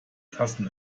tassen